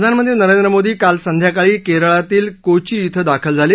प्रधानमंत्री नरेंद्र मोदी काल संध्याकाळी केरळातील कोची े दाखल झाले